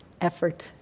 effort